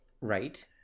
Right